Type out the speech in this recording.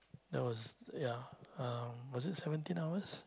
that was ya uh was it seventeen hours